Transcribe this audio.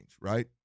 right